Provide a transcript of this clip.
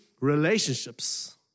relationships